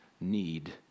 need